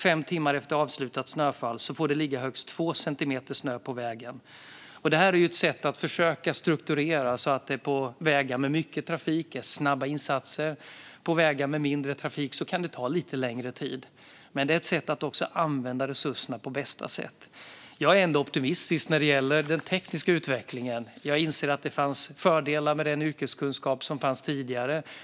Fem timmar efter avslutat snöfall får det ligga högst två centimeter snö på vägen. Det här är att sätt att försöka strukturera så att det på vägar med mycket trafik är snabba insatser. På vägar med mindre trafik kan det ta lite längre tid. Det är ett sätt att använda resurserna på bästa sätt. Jag är ändå optimistisk när det gäller den tekniska utvecklingen. Jag inser att det fanns fördelar med den yrkeskunskap som fanns tidigare.